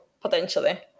potentially